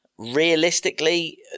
Realistically